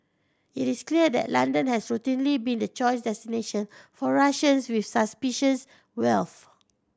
it is clear that London has routinely been the choice destination for Russians with suspicious wealth